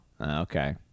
Okay